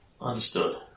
Understood